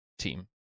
team